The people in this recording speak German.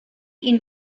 ihn